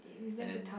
and then